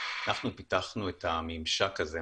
אנחנו פיתחנו את הממשק הזה,